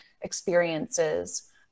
experiences